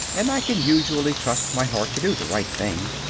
and i can usually trust my heart to do the right thing.